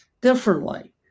differently